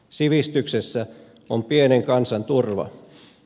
sivistyksessä on pienen kansan turva